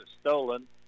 stolen